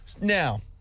Now